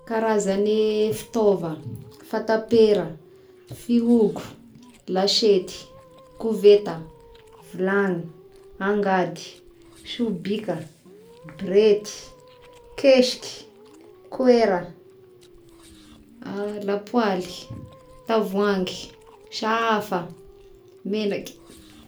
Karazany fitaôva: fatapera, fihobo, lasety, koveta, vilagny, angady, sobika, borety, kesiky, koera, lapoaly, tavoahangy, sahafa, megnaky.